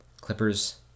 Clippers